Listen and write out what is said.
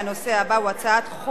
ונעבור לתוצאות: